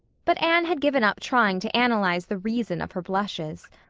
but anne had given up trying to analyze the reason of her blushes.